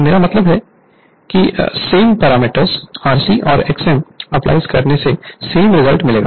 मेरा मतलब है कि सेम पैरामीटर Rc और Xm अप्लाई करने से सेम रिजल्ट मिलेगा